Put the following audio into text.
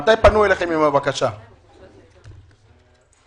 ההחלטה הייתה ביולי.